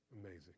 Amazing